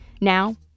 Now